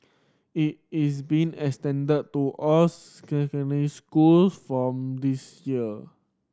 it is being extended to all secondary schools from this year